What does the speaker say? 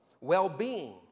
Well-being